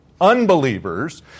unbelievers